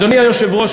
אדוני היושב-ראש,